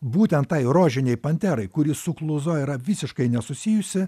būtent tai rožiniai panterai kuri su kluzo yra visiškai nesusijusi